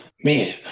Man